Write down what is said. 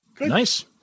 Nice